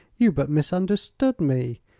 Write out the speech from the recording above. you but misunderstood me.